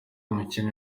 umukinnyi